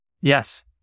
Yes